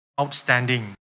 Outstanding